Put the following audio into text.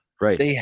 Right